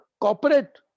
corporate